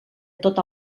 tot